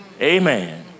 amen